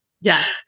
Yes